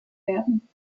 werden